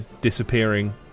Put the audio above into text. disappearing